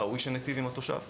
ראוי שניטיב עם התושב.